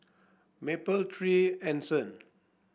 Mapletree Anson